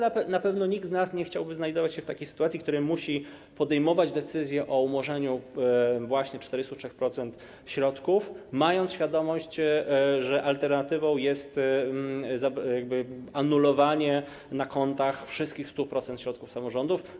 Na pewno nikt z nas nie chciałby znajdować się w takiej sytuacji, w której musi podejmować decyzje o umorzeniu właśnie 43% środków, mając świadomość, że alternatywą jest anulowanie na kontach 100% środków samorządów.